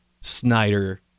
Snyder